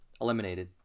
eliminated